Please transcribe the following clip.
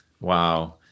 Wow